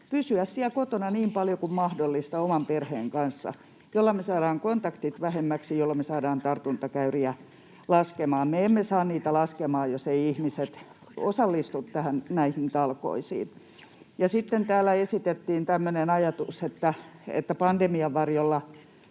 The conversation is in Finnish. perheen kanssa niin paljon kuin mahdollista, millä me saadaan kontaktit vähemmiksi, jolloin me saadaan tartuntakäyriä laskemaan. Me emme saa niitä laskemaan, jos eivät ihmiset osallistu näihin talkoisiin. Ja sitten täällä esitettiin tämmöinen ajatus, että pandemian varjolla